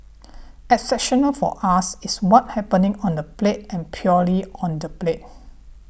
exceptional for us is what happening on the plate and purely on the plate